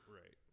Right